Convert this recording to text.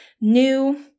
new